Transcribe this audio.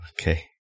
Okay